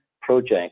project